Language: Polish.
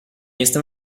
jestem